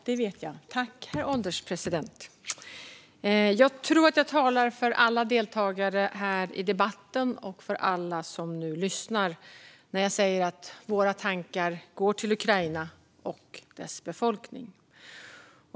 Herr ålderspresident! Jag tror att jag talar för alla deltagare här i debatten och för alla som nu lyssnar när jag säger att våra tankar går till Ukraina och dess befolkning.